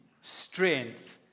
strength